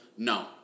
No